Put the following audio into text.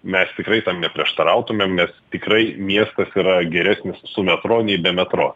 mes tikrai tam neprieštarautumėm nes tikrai miestas yra geresnis su metro nei be metro